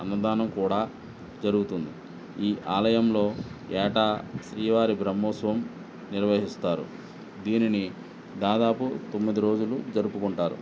అన్నదానం కూడా జరుగుతుంది ఈ ఆలయంలో ఏటా శ్రీవారి బ్రహ్మోత్సవం నిర్వహిస్తారు దీనిని దాదాపు తొమ్మిది రోజులు జరుపుకుంటారు